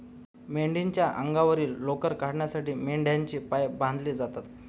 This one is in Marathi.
मेंढीच्या अंगावरील लोकर काढण्यासाठी मेंढ्यांचे पाय बांधले जातात